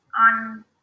on